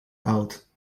oud